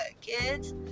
kids